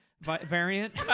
variant